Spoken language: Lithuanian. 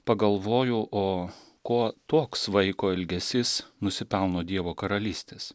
pagalvojau o ko toks vaiko elgesys nusipelno dievo karalystės